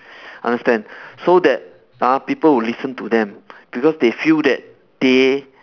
understand so that ah people would listen to them because they feel that they